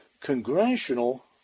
congressional